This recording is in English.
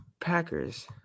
Packers